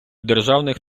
державних